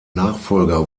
nachfolger